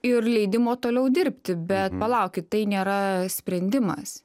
ir leidimo toliau dirbti bet palaukit tai nėra sprendimas